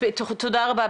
תודה רבה.